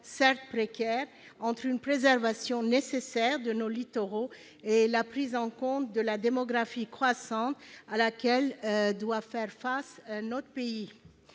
certes précaire, entre la préservation nécessaire de nos littoraux et la prise en compte de la démographie croissante à laquelle doit faire face notre pays.